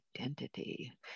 identity